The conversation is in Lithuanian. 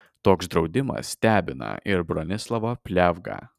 toks draudimas stebina ir bronislovą pliavgą